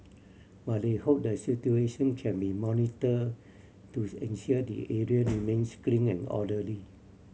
but they hope the situation can be monitor to ensure the area remains clean and orderly